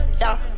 y'all